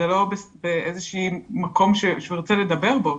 זה לא באיזשהו מקום שהוא ירצה לדבר בו.